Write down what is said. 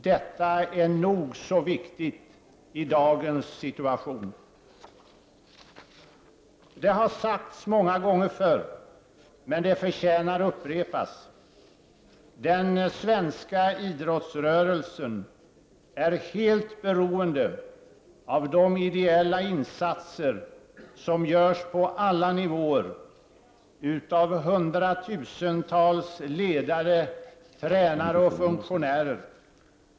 Detta är nog så viktigt i dagens situation. Det har sagts många gånger förr, men det förtjänar att upprepas: Den svenska idrottsrörelsen är helt beroende av de ideella insatser som görs på alla nivåer utav hundratusentals ledare, tränare och funktionärer.